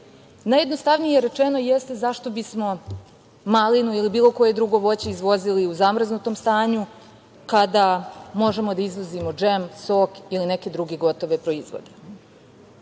Najjednostavnije rečeno jeste zašto bismo malinu ili bilo koje drugo voće izvozili u zamrznutom stanju kada možemo da izvozimo džem, sok ili neke druge gotove proizvode. Ono